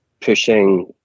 pushing